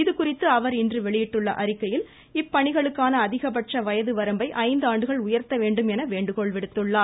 இதுகுறித்து அவர் இன்று வெளியிட்டுள்ள அறிக்கையில் இப்பணிகளுக்கான அதிகபட்ச வயது வரம்பை ஐந்து ஆண்டுகள் உயர்த்த வேண்டும் என வேண்டுகோள் விடுத்துள்ளார்